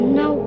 no